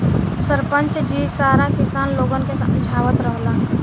सरपंच जी सारा किसान लोगन के समझावत रहलन